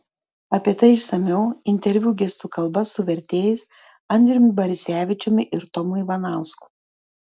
apie tai išsamiau interviu gestų kalba su vertėjais andriumi barisevičiumi ir tomu ivanausku